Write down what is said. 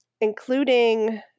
including